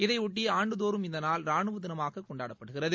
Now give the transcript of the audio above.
இதைபொட்டி ஆண்டுதோறும் இந்நாள் ராணுவ தினமாக கொண்டாடப்படுகிறது